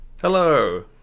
Hello